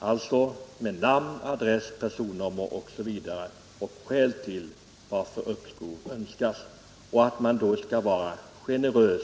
Där skall alltså uppges namn, adress, personnummer och skälen till att uppskov önskas. Myndigheterna kommer då